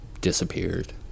disappeared